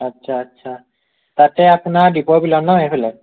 আচ্ছা আচ্ছা তাতে আপোনাৰ দীপৰ বিলত ন সেইফালে